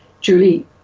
Julie